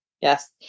Yes